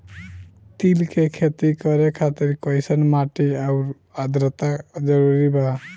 तिल के खेती करे खातिर कइसन माटी आउर आद्रता जरूरी बा?